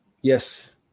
Yes